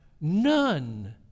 None